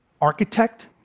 architect